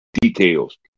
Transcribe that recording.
details